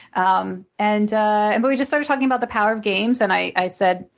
um and ah and but we just started talking about the power of games and i said,